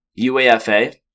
UAFA